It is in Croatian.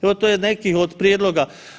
Evo to je neki od prijedloga.